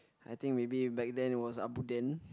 I think maybe back then it was abuntant